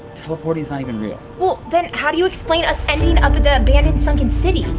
teleporting's not even real? well then how do you explain us ending up at the abandoned, sunken city?